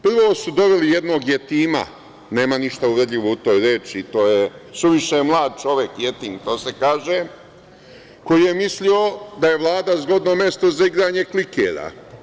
Prvo su doveli jednog jetima, nema ništa uvredljivo u toj reči, to je suviše mladim čovek jetim, to se kaže, koji je mislio da je Vlada zgodno mesto za igranje klikera.